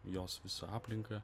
jos visą aplinką